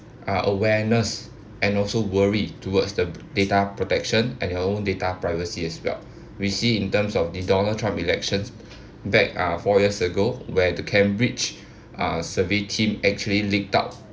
uh awareness and also worried towards the data protection and our own data privacy as well we see in terms of the donald trump elections back uh four years ago where the cambridge uh survey team actually leaked out